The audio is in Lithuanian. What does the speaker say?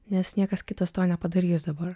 nes niekas kitas to nepadarys dabar